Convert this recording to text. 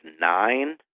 nine